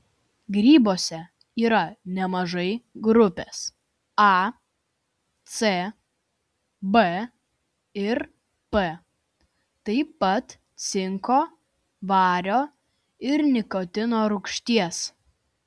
grybuose yra nemažai grupės a c b ir p vitaminų taip pat cinko vario ir nikotino rūgšties